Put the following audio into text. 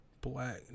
black